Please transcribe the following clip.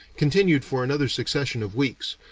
continued for another succession of weeks,